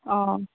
ꯑꯥ